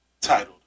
titled